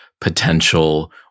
potential